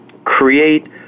Create